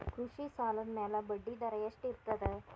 ಕೃಷಿ ಸಾಲದ ಮ್ಯಾಲೆ ಬಡ್ಡಿದರಾ ಎಷ್ಟ ಇರ್ತದ?